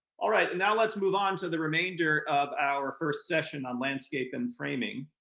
all right, now let's move on to the remainder of our first session on landscape and framing.